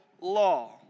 law